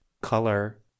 color